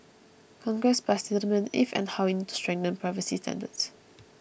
Congress must determine if and how we need to strengthen privacy standards